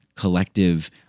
collective